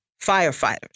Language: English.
firefighters